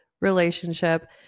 relationship